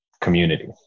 community